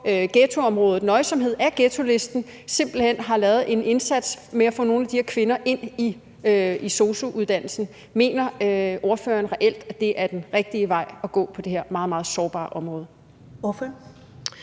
ghettoområdet Nøjsomhed af ghettolisten simpelt hen har lavet en indsats med at få nogle af de her kvinder ind i sosu-uddannelsen. Mener ordføreren reelt, at det er den rigtige vej at gå på det her meget, meget sårbare område?